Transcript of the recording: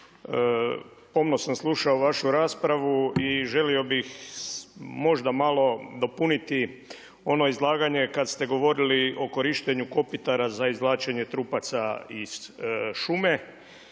Pomno sam slušao vašu raspravu i želio bih možda malo dopuniti ono izlaganje kad ste govorili o korištenju kopitara za izvlačenje trupaca iz šume.